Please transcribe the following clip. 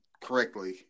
correctly